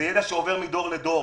זה ידע שעובר מדור לדור.